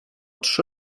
trzy